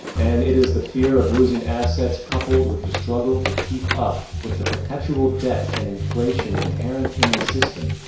and it is the fear of loosing assets, coupled with the struggle to keep up with the perpetual debt and inflation inherent in the system,